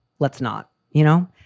let's not you know,